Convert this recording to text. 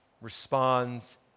responds